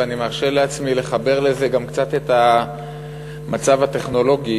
ואני מרשה לעצמי לחבר לזה גם קצת את המצב הטכנולוגי,